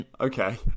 Okay